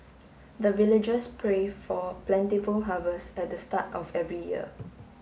the villagers pray for plentiful harvest at the start of every year